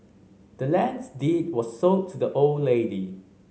the land's deed was sold to the old lady